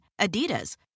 Adidas